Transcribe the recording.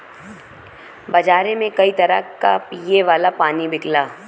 बजारे में कई तरह क पिए वाला पानी बिकला